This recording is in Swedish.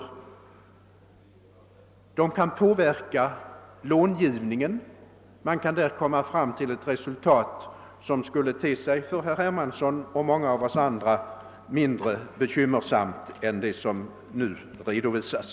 De kan i större utsträckning påverka långivningen. Man kan då komma fram till ett resultat som för herr Hermansson och många av oss andra skulle te sig mindre ensidigt än det som nu redovisas.